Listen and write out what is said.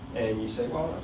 and you say, well,